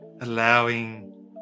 allowing